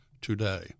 today